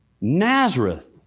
Nazareth